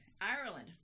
Ireland